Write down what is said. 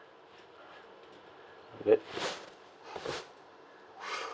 that